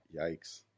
Yikes